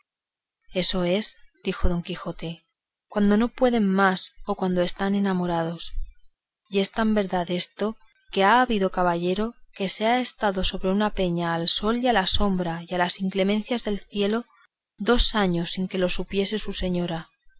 eso es dijo don quijote cuando no pueden más o cuando están enamorados y es tan verdad esto que ha habido caballero que se ha estado sobre una peña al sol y a la sombra y a las inclemencias del cielo dos años sin que lo supiese su señora